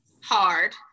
hard